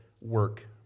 work